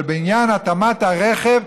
אבל בעניין התאמת הרכב,